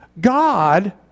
God